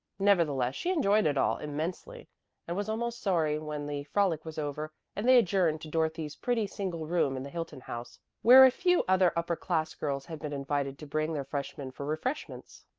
nevertheless she enjoyed it all immensely and was almost sorry when the frolic was over and they adjourned to dorothy's pretty single room in the hilton house, where a few other upper-class girls had been invited to bring their freshmen for refreshments.